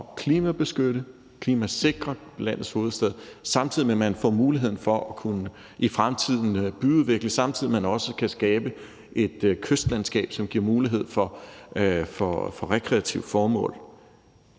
klimabeskytte, klimasikre landets hovedstad, samtidig med at man får muligheden for i fremtiden at kunne byudvikle og skabe et kystlandskab, som giver mulighed for rekreative formål.